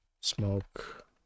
smoke